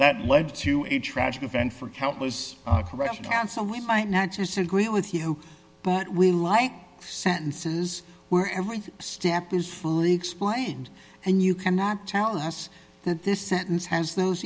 a tragic event for countless and so we might not just agree with you but we're light sentences where every step is fully explained and you cannot tell us that this sentence has those